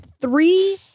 three